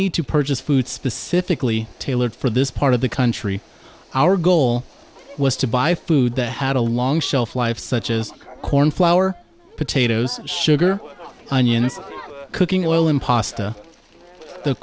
need to purchase food specifically tailored for this part of the country our goal was to buy food the had a long shelf life such as corn flour potatoes sugar and eunice cooking oil and pasta the